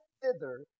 thither